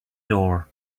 door